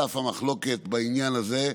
על אף המחלוקת בעניין הזה,